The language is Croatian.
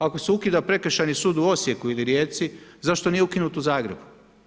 Ako se ukida Prekršajni sud u Osijeku ili Rijeci zašto nije ukinut u Zagrebu?